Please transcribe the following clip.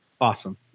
awesome